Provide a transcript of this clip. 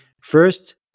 First